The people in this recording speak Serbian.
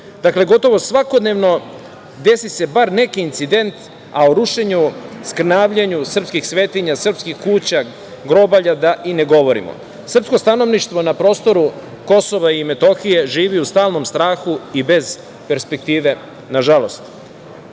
dana. Gotovo svakodnevno desi se bar neki incident, a o rušenju, skrnavljenju srpskih svetinja, srpskih kuća, grobalja, da i ne govorimo. Srpsko stanovništvo na prostoru KiM živi u stalnom strahu i bez perspektive, nažalost. Kako